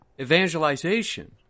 evangelization